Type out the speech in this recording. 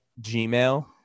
Gmail